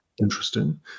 interesting